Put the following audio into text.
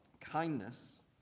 kindness